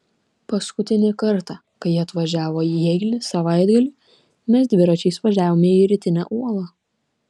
paskutinį kartą kai ji atvažiavo į jeilį savaitgaliui mes dviračiais važiavome į rytinę uolą